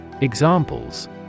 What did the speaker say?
Examples